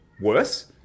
worse